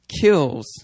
kills